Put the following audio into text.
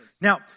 Now